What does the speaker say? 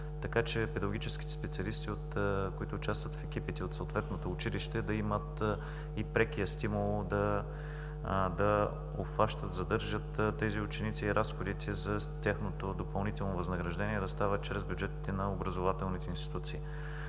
така че педагогическите специалисти, които участват в екипите от съответното училище да имат и прекия стимул да обхващат, задържат тези ученици и разходите за тяхното допълнително възнаграждение да става чрез бюджетите на образователните институции.